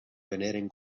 veneren